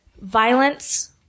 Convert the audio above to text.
violence